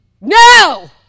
No